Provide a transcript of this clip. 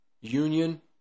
union